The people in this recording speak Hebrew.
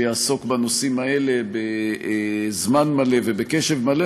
שיעסוק בנושאים האלה בזמן מלא ובקשב מלא,